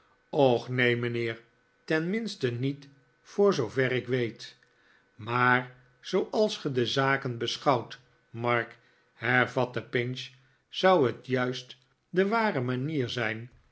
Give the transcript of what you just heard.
och neen mijnheer tenminste niet voor zoover ik weet maar zooals gij de zaken beschouwt mark hervatte pinch zou het juist de ware manier zijn